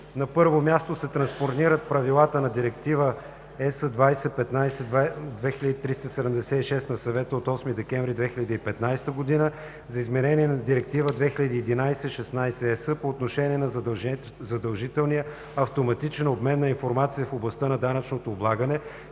На първо място се транспонират правилата на Директива (ЕС) 2015/2376 на Съвета от 8 декември 2015 г. за изменение на Директива 2011/16/ЕС по отношение на задължителния автоматичен обмен на информация в областта на данъчното облагане,